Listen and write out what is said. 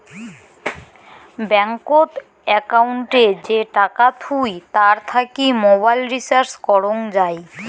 ব্যাঙ্কত একউন্টে যে টাকা থুই তার থাকি মোবাইল রিচার্জ করং যাই